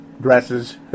dresses